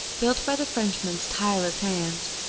built by the frenchman s tireless hands,